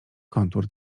kontur